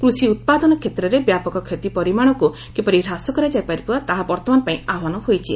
କୃଷି ଉତ୍ପାଦନ କ୍ଷେତ୍ରରେ ବ୍ୟାପକ କ୍ଷତି ପରିମାଣକୁ କିପରି ହ୍ରାସ କରାଯାଇପାରିବ ତାହା ବର୍ତ୍ତମାନ ପାଇଁ ଆହ୍ୱାନ ହୋଇଛି